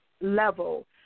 level